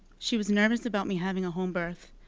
she was nervous about me having a home birth,